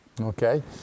Okay